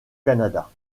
canada